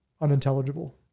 unintelligible